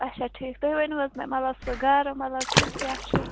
اَچھا ٹھیٖک تُہۍ ؤنِو حظ مےٚ مطلب سُہ گَرٕ مطلب کٮُ۪تھ کیٛاہ چھُ